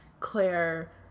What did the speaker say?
Claire